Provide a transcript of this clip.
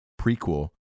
prequel